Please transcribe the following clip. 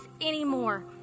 anymore